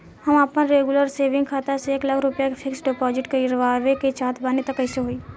हम आपन regular saving खाता से एक लाख रुपया फिक्स डिपॉज़िट करवावे के चाहत बानी त कैसे होई?